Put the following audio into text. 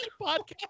Podcast